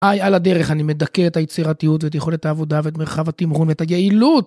על הדרך, אני מדכא את היצירתיות ואת יכולת העבודה ואת מרחב התמרון ואת היעילות.